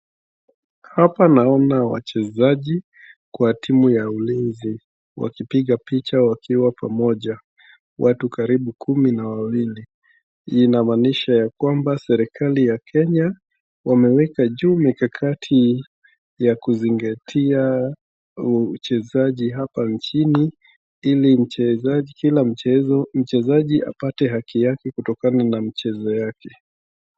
Hapa naona wachezaji kwa timu ya ulinzi, wakipiga picha wakiwa pamoja, watu karibu kumi na wawili, inamaanisha ya kwamba, serekali ya Kenya wameweka juu mikakati ya kuzingatia uchezaji hapa nchini, ili kila mchezaji apate haki yake kutokana na mchezo yake.